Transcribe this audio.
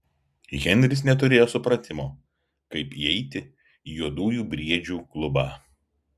henris neturėjo supratimo kaip įeiti į juodųjų briedžių klubą